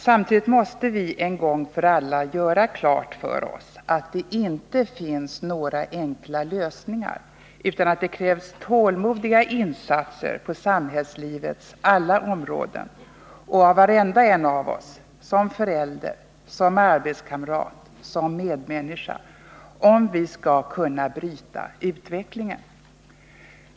Samtidigt måste vi en gång för alla göra klart för oss att det inte finns några enkla lösningar utan att det krävs tålmodiga insatser på samhällslivets alla områden och av varenda en av oss— som förälder, som arbetskamrat, som medmänniska — om vi skall kunna bryta utvecklingen.